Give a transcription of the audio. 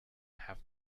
have